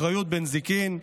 אחריות בנזיקין: